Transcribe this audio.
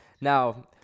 now